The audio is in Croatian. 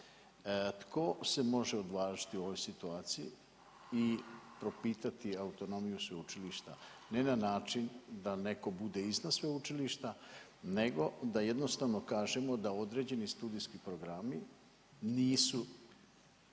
Tko se može odvažiti u ovoj situaciji i propitati autonomiju sveučilišta? Ne na način da netko bude iznad sveučilišta, nego da jednostavno kažemo da određeni studijski programi nisu